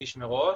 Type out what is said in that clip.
נגיש מראש